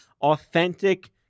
authentic